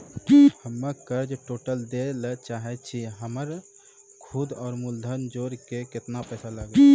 हम्मे कर्जा टोटल दे ला चाहे छी हमर सुद और मूलधन जोर के केतना पैसा लागत?